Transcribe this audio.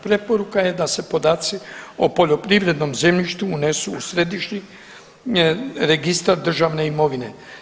Preporuka je da se podaci o poljoprivrednom zemljištu unesu u središnji registar državne imovine.